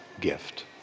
gift